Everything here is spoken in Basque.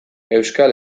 euskal